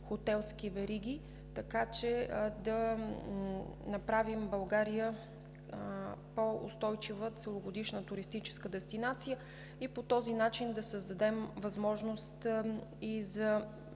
така че да направим България по-устойчива целогодишна туристическа дестинация и по този начин да създадем възможност и за